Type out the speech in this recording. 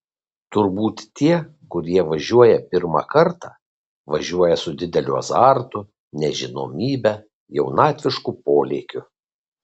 turbūt tie kurie važiuoja pirmą kartą važiuoja su dideliu azartu nežinomybe jaunatvišku polėkiu